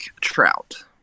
trout